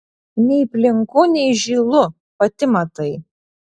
nei plinku nei žylu pati matai